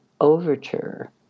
overture